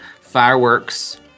fireworks